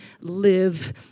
live